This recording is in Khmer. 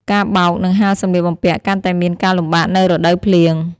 ការបោក និងហាលសម្លៀកបំពាក់ កាន់តែមានការលំបាកនៅរដូវភ្លៀង។